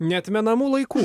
neatmenamų laikų